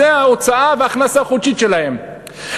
זו ההוצאה וההכנסה החודשית שלהם,